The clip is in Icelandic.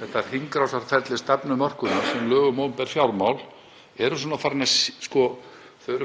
þetta hringrásarferli stefnumörkunar sé æskilegt. Lög um opinber fjármál eru